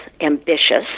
ambitious